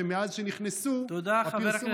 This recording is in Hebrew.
שמאז שנכנסו, תודה, חבר הכנסת קרעי.